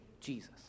Jesus